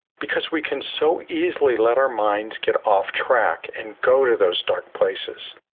because we can so easily let our minds get off track and go to those dark places.